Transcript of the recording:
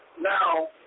Now